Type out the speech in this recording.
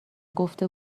گفته